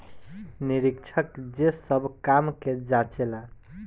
निरीक्षक जे सब काम के जांचे ला